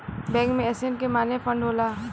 bank में asset के माने फंड होला